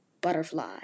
Butterfly